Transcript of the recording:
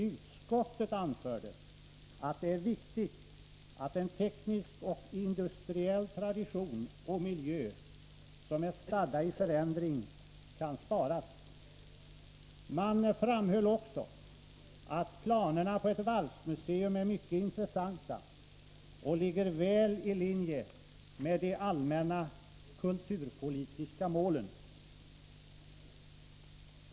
Utskottet anförde att det är viktigt att en teknisk och industriell tradition och miljö som är stadda i förändring kan sparas. Man framhöll också att planerna på ett varvsmuseum är mycket intressanta och ligger väl i linje med de allmänna kulturpolitiska målen.